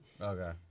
Okay